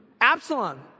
Absalom